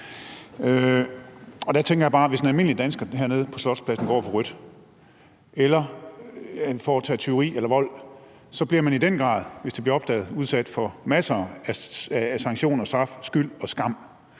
Der tænker jeg bare, at hvis man som almindelig dansker hernede på Slotspladsen går over for rødt eller begår tyveri eller vold, bliver man i den grad, hvis det bliver opdaget, udsat for masser af sanktioner, straf, skyld og skam.